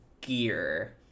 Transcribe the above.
gear